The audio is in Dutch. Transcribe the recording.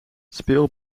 speel